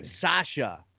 Sasha